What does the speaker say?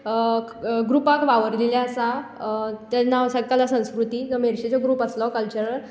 ग्रुपाक वावरलेले आसा ताजें नांव आसा कला संस्कृती तो मेरशेचो ग्रुप आसलो कल्चरल